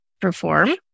perform